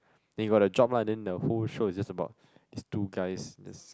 they got the job lah then the whole show is just about these two guys just